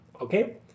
okay